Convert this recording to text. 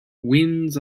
winds